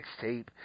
mixtape